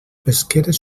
pesqueres